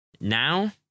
now